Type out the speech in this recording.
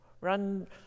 run